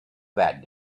that